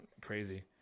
crazy